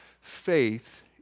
faith